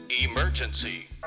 emergency